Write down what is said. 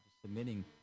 submitting